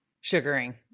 Sugaring